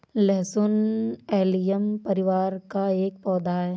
लहसुन एलियम परिवार का एक पौधा है